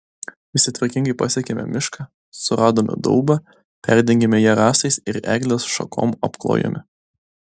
visi tvarkingai pasiekėme mišką suradome daubą perdengėme ją rąstais ir eglės šakom apklojome